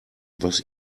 was